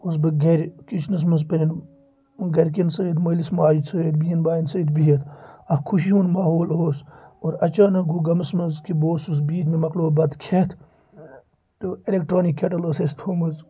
اوسُس بہٕ گَرِ کِچنَس منٛز پَنٛٮ۪ن گَرِکٮ۪ن سۭتۍ مٲلِس ماجہِ سۭتۍ بنٮ۪ن باین سۭتۍ بِہِتھ اَکھ خوشی ہُنٛد ماحول اوس اور اَچانک گوٚو غمَس منٛز کہِ بہٕ اوسُس بِہِتھ مےٚ مکلوو بَتہٕ کھٮ۪تھ تہٕ اٮ۪لیکٹرٛانِک کٮ۪ٹَل ٲس اَسہِ تھٲومٕژ